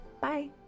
Bye